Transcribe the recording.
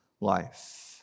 life